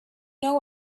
know